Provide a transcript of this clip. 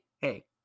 Hey